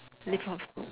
live off